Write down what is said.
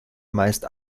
meist